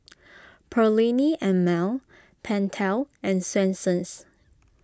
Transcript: Perllini and Mel Pentel and Swensens